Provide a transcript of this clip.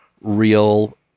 real